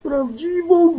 prawdziwą